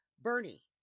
Bernie